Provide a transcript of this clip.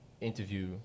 interview